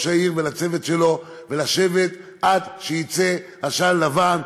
העיר ולצוות שלו ולשבת עד שיצא עשן לבן.